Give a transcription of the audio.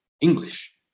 English